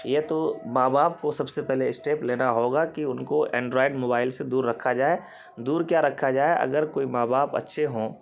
یہ تو ماں باپ کو سب سے پہلے اسٹیپ لینا ہوگا کہ ان کو اینڈرائڈ موبائل سے دور رکھا جائے دور کیا رکھا جائے اگر کوئی ماں باپ اچھے ہوں